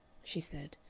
she said,